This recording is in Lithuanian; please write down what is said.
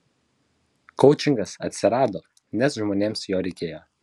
koučingas atsirado nes žmonėms jo reikėjo